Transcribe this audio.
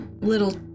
little